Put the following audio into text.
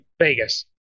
Vegas